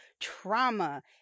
trauma